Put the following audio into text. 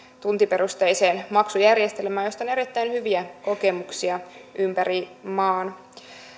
tuntiperusteiseen maksujärjestelmään josta on erittäin hyviä kokemuksia ympäri maan